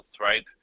right